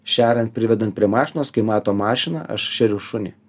šeriant privedant prie mašinos kai mato mašiną aš šeriu šunį